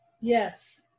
Yes